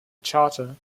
charter